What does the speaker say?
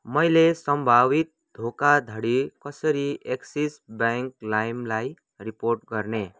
मैले सम्भावित धोखाधडी कसरी एक्सिस ब्याङ्क लाइमलाई रिपोर्ट गर्ने